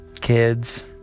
kids